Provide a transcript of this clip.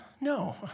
No